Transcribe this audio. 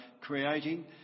creating